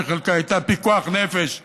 שחלקה היה פיקוח נפש במנהרות,